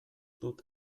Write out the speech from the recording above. dut